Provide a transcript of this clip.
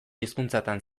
hizkuntzatan